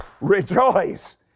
rejoice